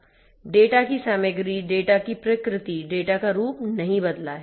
data की सामग्री data की प्रकृति डेटा का रूप नहीं बदला है